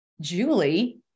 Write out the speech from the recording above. Julie